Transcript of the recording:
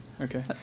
Okay